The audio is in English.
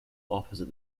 opposite